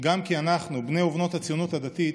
גם כי אנחנו, בני ובנות הציונות הדתית,